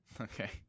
Okay